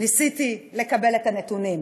ניסיתי לקבל את הנתונים.